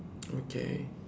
okay